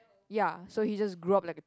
ya so he just grew up like a